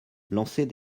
lancer